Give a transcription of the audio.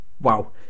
wow